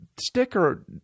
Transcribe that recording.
sticker